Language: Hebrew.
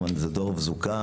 לעבור עליו ולדון בו.